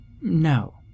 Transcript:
No